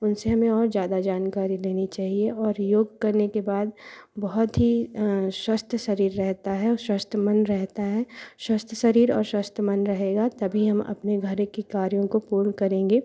उनसे हमें और ज़्यादा जानकारी लेनी चाहिए और योग करने के बाद बहुत ही स्वस्थ शरीर रहता है स्वस्थ मन रहता है स्वस्थ शरीर और स्वस्थ मन रहेगा तभी हम अपने घर की कार्यों को पूर्ण करेंगे